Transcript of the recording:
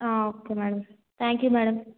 ఆ okay madam thank you madam